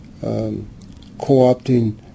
co-opting